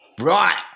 Right